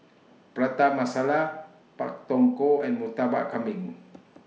Prata Masala Pak Thong Ko and Murtabak Kambing